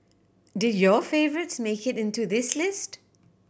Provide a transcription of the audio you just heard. did your favourites make it into this list